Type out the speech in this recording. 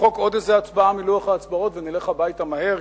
נמחק עוד איזו הצבעה מלוח ההצבעות ונלך הביתה מהר,